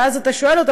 ואז אתה שואלת אותה,